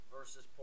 versus